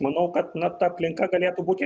manau kad na ta aplinka galėtų būti